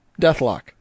deathlock